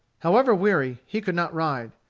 however weary, he could not ride.